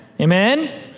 Amen